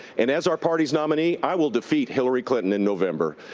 and as our party's nominee, i will defeat hillary clinton in november.